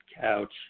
couch